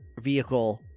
vehicle